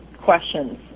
questions